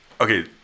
Okay